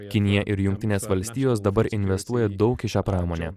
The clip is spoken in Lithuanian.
kinija ir jungtinės valstijos dabar investuoja daug į šią pramonę